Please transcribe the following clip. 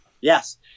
Yes